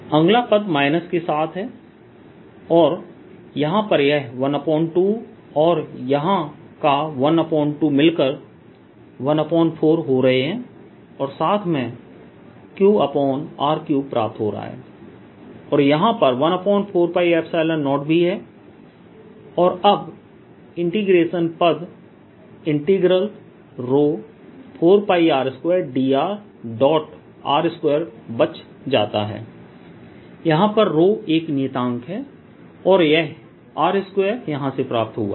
अगला पद माइनस के साथ है और यहां पर यह ½ और यहां का ½ मिलकर ¼ हो रहे हैं और साथ में QR3 प्राप्त हो रहा है और यहां पर 14π0 भी है और अब इंटीग्रेशन पद ρ4πr2drr2 बच जाता है यहां पर एक नियतांक है और यह r2 यहां से प्राप्त हुआ है